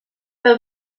pel